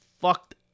fucked